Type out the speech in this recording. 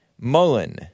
Mullen